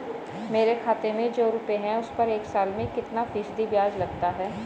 मेरे खाते में जो रुपये हैं उस पर एक साल में कितना फ़ीसदी ब्याज लगता है?